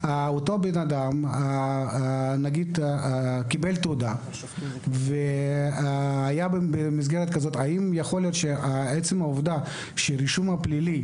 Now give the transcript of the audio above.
אותו בן אדם קיבל תעודה בעצם העובדה שהרישום הפלילי